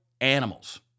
animals